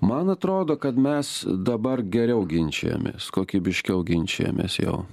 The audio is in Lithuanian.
man atrodo kad mes dabar geriau ginčijomės kokybiškiau ginčijamės jau